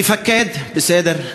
מפקד, בסדר.